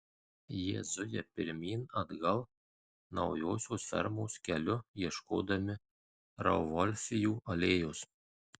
jie zuja pirmyn atgal naujosios fermos keliu ieškodami rauvolfijų alėjos